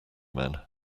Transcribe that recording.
men